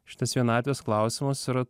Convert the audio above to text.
šitas vienatvės klausimas yra